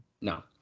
no